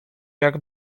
jak